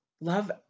love